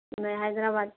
میں حیدرآباد